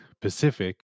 pacific